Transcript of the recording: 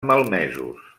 malmesos